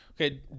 Okay